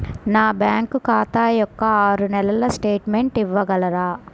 నా బ్యాంకు ఖాతా యొక్క ఆరు నెలల స్టేట్మెంట్ ఇవ్వగలరా?